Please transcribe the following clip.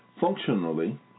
Functionally